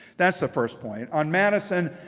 that's the first point. on madison,